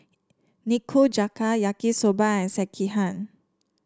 Nikujaga Yaki Soba and Sekihan